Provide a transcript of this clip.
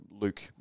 Luke